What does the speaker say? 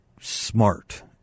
Smart